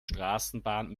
straßenbahn